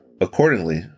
Accordingly